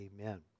Amen